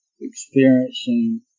experiencing